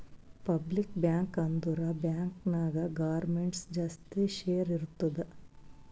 public bank ಅಂದುರ್ bank ನಾಗ್ ಗೌರ್ಮೆಂಟ್ದು ಜಾಸ್ತಿ ಶೇರ್ ಇರ್ತುದ್